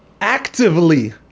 actively